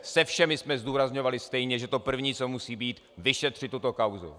Se všemi jsme zdůrazňovali stejně, že to první, co musí být, je vyšetřit tuto kauzu.